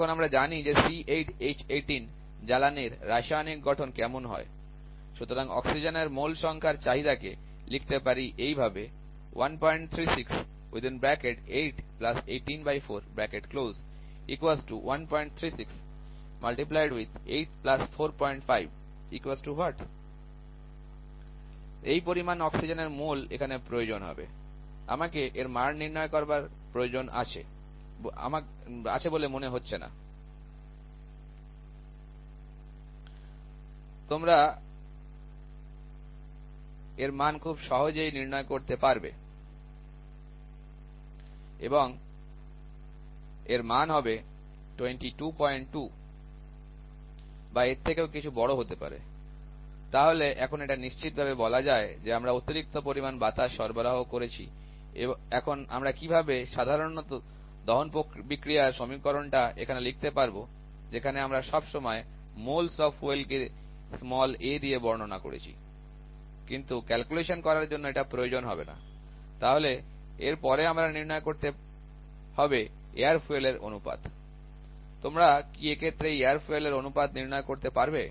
এখন আমরা জানি যে C8H18 জ্বালানির রাসায়নিক গঠন কেমন হয় সুতরাং অক্সিজেনের মোল সংখ্যার চাহিদাকে লিখতে পারি এইভাবে এই পরিমাণ অক্সিজেনের মোল এখানে প্রয়োজন হবে আমার এর মান নির্ণয় করার প্রয়োজন আছে বলে মনে হচ্ছে না তোমরা এর মান খুব সহজে নির্ণয় করতে পারবে এবং এর মান হবে 222 বা এর থেকেও কিছু বড় হতে পারে তাহলে এখন এটা নিশ্চিত ভাবে বলা যায় যে আমরা অতিরিক্ত পরিমাণ বাতাস সরবরাহ করেছিএখন আমরা কিভাবে সাধারণত দহন বিক্রিয়ার সমীকরণটা এখানে লিখতে পারবো যেখানে আমরা সব সময় moles of fuel কে a দিয়ে বর্ণনা করেছি কিন্তু ক্যালকুলেশন করার জন্য এটা প্রয়োজন হবে না তাহলে এরপরে আমাদের নির্ণয় করতে হবে air fuel অনুপাত তোমরা কি এক্ষেত্রে এই air fuel অনুপাত নির্ণয় করতে পারবে